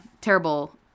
terrible